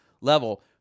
level